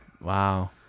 Wow